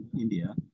India